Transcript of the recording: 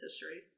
history